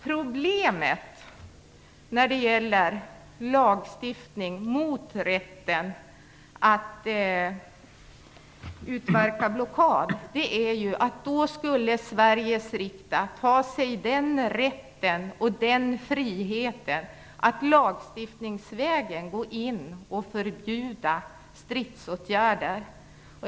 Problemet när det gäller lagstiftning mot rätten att utverka blockad är att då skulle Sveriges riksdag ta sig rätten och friheten att lagstiftningsvägen förbjuda stridsåtgärder.